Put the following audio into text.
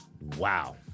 Wow